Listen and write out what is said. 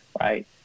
Right